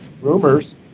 Rumors